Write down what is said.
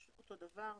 אותו הדבר.